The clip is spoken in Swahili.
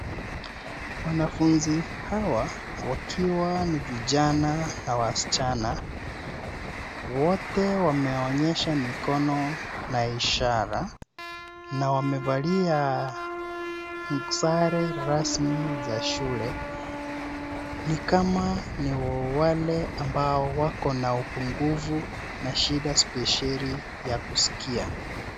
Wanafunzi hawa wakiwa ni vijana na wasichana. Wote wameonyesha mikono na ishara na wamevalia sare rasmi za shule ni kama ni wale ambao wako na upungufu na shida spesheli ya kuskia.